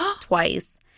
twice